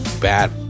bad